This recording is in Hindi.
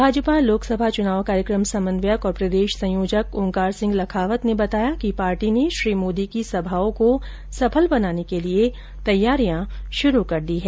भाजपा लोकसभा चुनाव कार्यक्रम समन्वयक और प्रदेश संयोजक ओंकार सिंह लखावत ने बताया कि पार्टी ने श्री मोदी की सभाओं को सफल बनाने की तैयारियां शुरू कर दी है